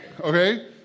Okay